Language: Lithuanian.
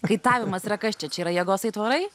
kaitavimas yra kas čia čia yra jėgos aitvarai